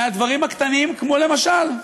מהדברים הקטנים, כמו למשל,